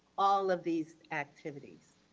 all of these activities.